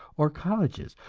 or colleges,